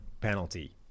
penalty